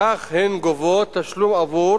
כך הן גובות תשלום עבור